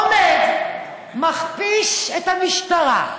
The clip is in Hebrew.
עומד, מכפיש את המשטרה,